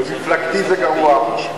במפלגתי זה גרוע,